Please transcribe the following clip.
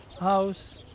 house,